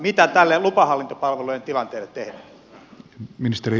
mitä tälle lupahallintopalvelujen tilanteelle tehdään